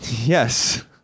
Yes